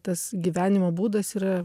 tas gyvenimo būdas yra